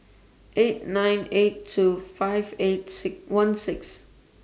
eight nine eight two five eight one six